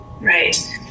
Right